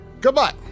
Goodbye